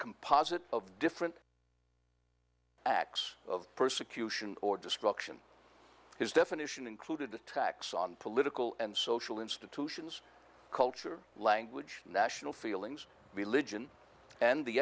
composite of different acts of persecution or destruction his definition included attacks on political and social institutions culture language national feelings religion and the